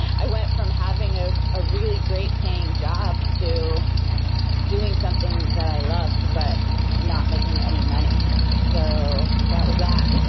i went from having a ah really great paying job to doing something that i loved, but not making any money. so that that was that